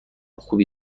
خوبی